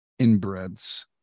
inbreds